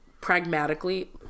pragmatically